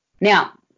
Now